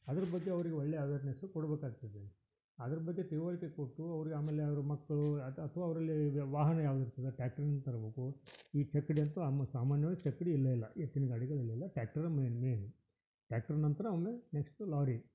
ಅದ್ರ ಬಗ್ಗೆ ಅವ್ರಿಗೆ ಒಳ್ಳೆಯ ಅವೇರ್ನೆಸ್ಸು ಕೊಡ್ಬೇಕಾಗ್ತದೆ ಅದ್ರ ಬಗ್ಗೆ ತಿಳಿವಳ್ಕೆ ಕೊಟ್ಟು ಅವ್ರಿಗೆ ಆಮೇಲೆ ಅವ್ರ ಮಕ್ಳು ಅಥವಾ ಅವರಲ್ಲಿ ವ್ ವಾಹನ ಯಾವ್ದು ಇರ್ತದೆ ಟ್ಯಾಕ್ಟ್ರಿಯಿಂದ ತರ್ಬೇಕು ಈ ಚಕ್ಕಡಿ ಅಂತೂ ಅಮ್ ಸಾಮಾನ್ಯವಾಗಿ ಚಕ್ಕಡಿ ಇಲ್ವೇ ಇಲ್ಲ ಎತ್ತಿನ ಗಾಡಿಗಳು ಇಲ್ಲಿಲ್ಲ ಟ್ಯಾಕ್ಟರ ಮೇಯ್ನು ಟ್ಯಾಕ್ಟ್ರ್ ನಂತರ ಒಮ್ಮೆ ನೆಕ್ಸ್ಟು ಲಾರಿ